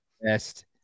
best